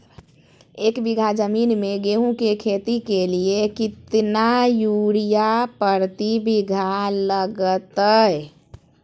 एक बिघा जमीन में गेहूं के खेती के लिए कितना यूरिया प्रति बीघा लगतय?